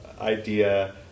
idea